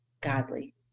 godly